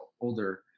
older